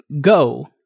go